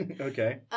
Okay